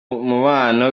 umubano